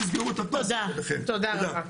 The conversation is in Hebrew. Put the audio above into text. תודה רבה.